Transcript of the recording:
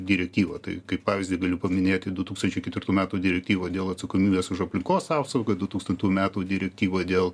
direktyvą tai kaip pavyzdį galiu paminėti du tūkstančiai ketvirtų metų direktyvą dėl atsakomybės už aplinkos apsaugą du tūkstantų metų direktyvą dėl